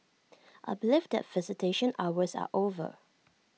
I believe that visitation hours are over